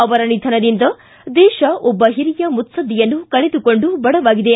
ಅವರ ನಿಧನದಿಂದ ದೇತ ಒಬ್ಬ ಹಿರಿಯ ಮುತ್ಪದ್ದಿಯನ್ನು ಕಳೆದುಕೊಂಡು ಬಡವಾಗಿದೆ